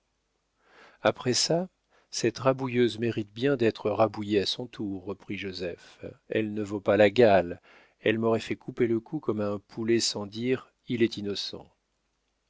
après ça cette rabouilleuse mérite bien d'être rabouillée à son tour reprit joseph elle ne vaut pas la gale elle m'aurait fait couper le cou comme à son poulet sans dire il est innocent